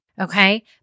Okay